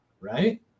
Right